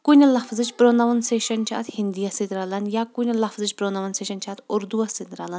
کُنہِ لفظٕچ پروننسیشن چھِ اتھ ہنٛدی یس سۭتۍ رلان یا کُنہِ لفظٕچ پروننسیشن چھِ اتھ اردو وس سۭتۍ رلان